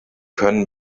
können